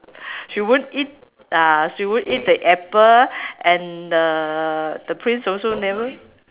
she won't eat ah she won't eat the apple and uh the prince also never